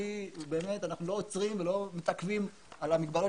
אנחנו לא עוצרים ולא מתעכבים על המגבלות